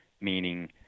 Meaning